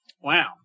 Wow